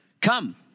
Come